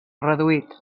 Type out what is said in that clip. reduït